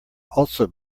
also